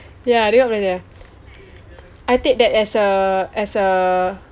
ya I take that as a as a